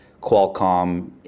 Qualcomm